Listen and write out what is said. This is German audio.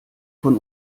von